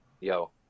yo